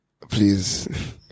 Please